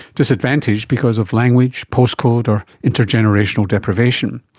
disadvantaged because of language, postcode or intergenerational deprivation.